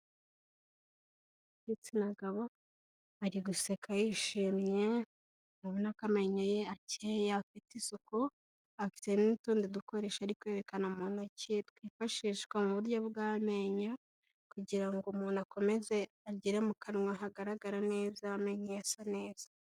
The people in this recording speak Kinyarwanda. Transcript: Igitsina gabo ari guseka yishimye, ubona ko amenyo ye akeye afite isuku, afite n'utundi dukoresho ari kwerekana mu ntoki twifashishwa mu buryo bw'amenyo kugira ngo umuntu akomeze agire mu kanwa hagaragara neza amenyo ye asa neza.